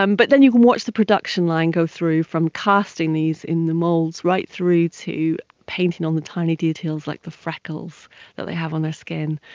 um but then you can watch the production line go through from casting these in the moulds right through to painting on the tiny details like the freckles that they have on their skin,